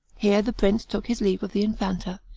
here the prince took his leave of the infanta,